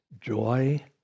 Joy